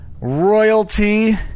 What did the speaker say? royalty